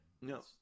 no